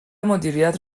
مدیریت